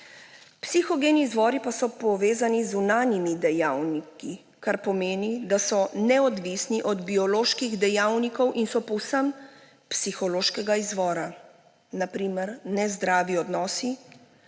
Psihogeni izvori pa so povezani z zunanjimi dejavniki, kar pomeni, da so neodvisni od bioloških dejavnikov in so povsem psihološkega izvora, na primer nezdravi odnosi,